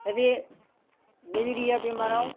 दा बे मेलेरिया बेमाराव